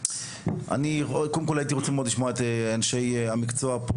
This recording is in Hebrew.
אני מאוד הייתי רוצה לשמוע את החברה שכאן מהמשרדים הממשלתיים,